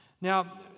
Now